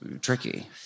tricky